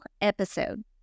episode